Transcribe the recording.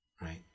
right